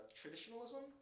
traditionalism